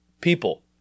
people